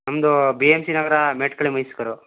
ನಮ್ಮದು B M C ನಗರ ಮೇಟಗಳ್ಳಿ ಮೈಸೂರು